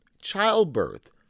childbirth